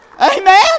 Amen